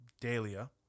Dahlia